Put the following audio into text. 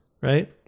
right